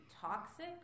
toxic